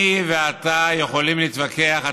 אני ואתה יכולים להתווכח.